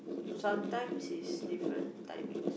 sometimes is different timings